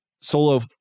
Solo